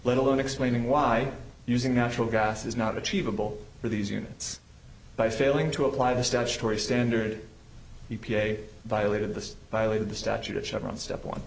let alone explaining why using natural gas is not achievable for these units by failing to apply the statutory standard e p a violated this violated the statute of chevron step one